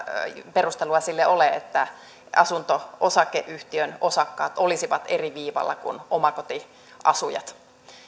perustelua sille ole että asunto osakeyhtiön osakkaat olisivat eri viivalla kuin omakotiasujat